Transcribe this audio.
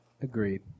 Agreed